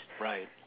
Right